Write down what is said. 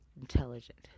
intelligent